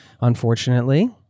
unfortunately